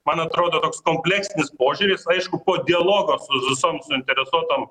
man atrodo toks kompleksinis požiūris aišku po dialogo su visom suinteresuotom